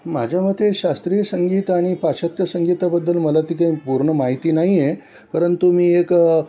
माझ्यामते शास्त्रीय संगीत आणि पाश्चात्य संगीताबद्दल मला ती काही पूर्ण माहिती नाही आहे परंतु मी एक